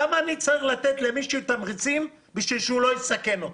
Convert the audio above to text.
למה אני צריך לתת למישהו תמריצים בשביל שהוא לא יסכן אותי?